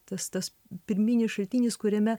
tas tas pirminis šaltinis kuriame